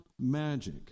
magic